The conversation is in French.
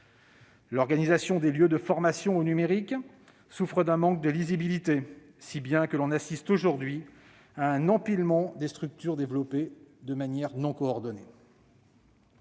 L'organisation des lieux de formation au numérique souffre d'un manque de lisibilité, si bien que l'on assiste aujourd'hui à un empilement de structures développées de manière non coordonnée.